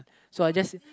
so I just